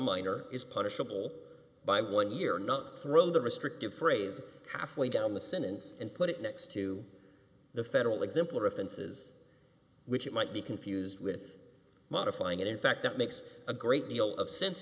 minor is punishable by one year not throw the restrictive phrase halfway down the sentence and put it next to the federal examplar offenses which might be confused with modifying it in fact that makes a great deal of sense